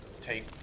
take